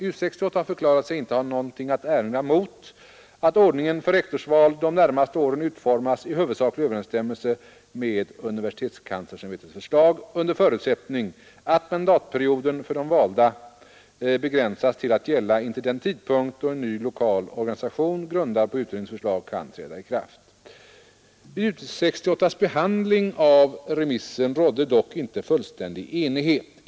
U 68 har förklarat sig inte ha något att erinra mot att ordningen för rektorsval de närmaste åren utformas i huvudsaklig överensstämmelse med universitetskanslersämbetets förslag under förutsättning att mandatperioden för de valda begränsas till att gälla intill den tidpunkt då en ny lokal organisation grundad på utredningens förslag kan träda i kraft. Vid U 68:s behandling av remissen rådde dock inte fullständig enighet.